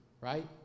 right